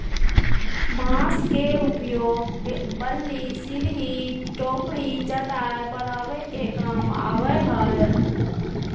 बांस के उपयोग बल्ली, सिरही, टोकरी, चटाय बनावे के काम आवय हइ